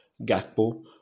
Gakpo